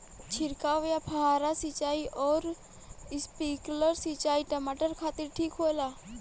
छिड़काव या फुहारा सिंचाई आउर स्प्रिंकलर सिंचाई टमाटर खातिर ठीक होला?